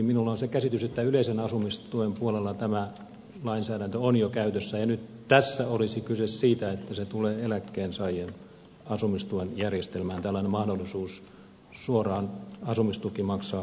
minulla on se käsitys että yleisen asumistuen puolella tämä lainsäädäntö on jo käytössä ja nyt tässä olisi kyse siitä että tulee eläkkeensaajien asumistuen järjestelmään tällainen mahdollisuus asumistuki maksaa suoraan vuokranantajalle